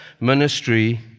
ministry